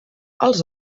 els